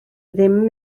ddim